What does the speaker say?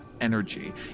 energy